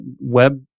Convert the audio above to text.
web